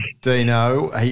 Dino